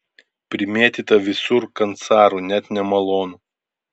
primėtyta visur kancarų net nemalonu